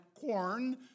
corn